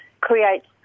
creates